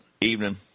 evening